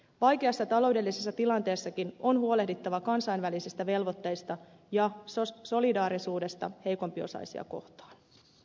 vaikeassa taloudellisessa tilanteessakin on huolehdittava kansainvälisistä velvoitteista ja solidaarisuudesta heikompiosaisia kohtaan